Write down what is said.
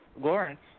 Lawrence